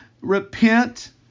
repent